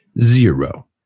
zero